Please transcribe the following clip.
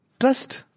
Trust